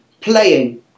playing